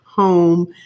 Home